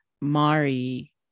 Mari